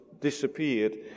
disappeared